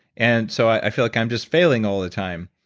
and so i feel like i'm just failing all the time.